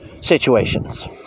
situations